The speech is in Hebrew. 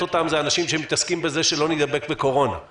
אותן זה אנשים שמתעסקים בזה שלא נידבק בקורונה,